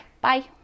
bye